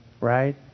right